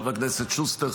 חבר הכנסת שוסטר,